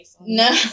No